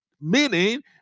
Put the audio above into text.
Meaning